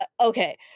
okay